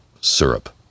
syrup